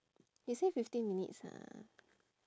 he say fifteen minutes ha